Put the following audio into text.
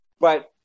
but-